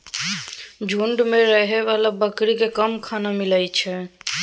झूंड मे रहै बला बकरी केँ कम खाना मिलइ छै